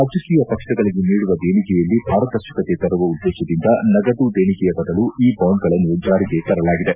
ರಾಜಕೀಯ ಪಕ್ಷಗಳಿಗೆ ನೀಡುವ ದೇಣಿಗೆಯಲ್ಲಿ ಪಾರದರ್ಶಕತೆ ತರುವ ಉದ್ದೇಶದಿಂದ ನಗದು ದೇಣಿಗೆಯ ಬದಲು ಈ ಬಾಂಡ್ಗಳನ್ನು ಜಾರಿಗೆ ತರಲಾಗಿದೆ